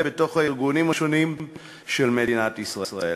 בתוך הארגונים השונים של מדינת ישראל.